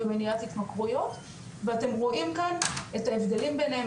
במניעת התמכרויות ואתם רואים כאן את ההבדלים בניהם,